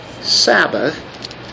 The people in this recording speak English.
Sabbath